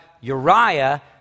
Uriah